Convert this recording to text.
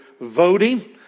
voting